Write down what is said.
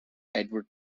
edward